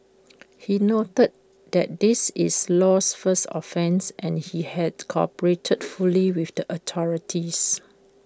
he noted that this is Low's first offence and that he had cooperated fully with the authorities